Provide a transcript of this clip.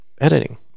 editing